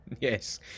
Yes